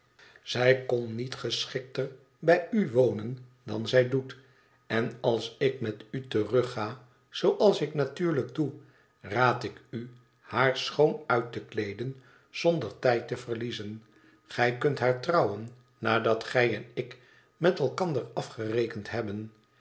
zij kon niet geschikter bij u wonen dan zij doet en als ik met u terugga zooals ik natuurlijk doe raad ik u haar schoon uit te kleeden zonder tijd te verliezen gij kunt haar trouwen nadat gij en ik met elkander afgerekend hebben